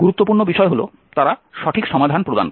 গুরুত্বপূর্ণ বিষয় হলো তারা সঠিক সমাধান প্রদান করে